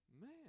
Man